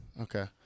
Okay